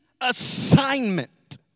assignment